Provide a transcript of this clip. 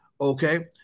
okay